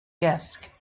desk